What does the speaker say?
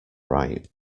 right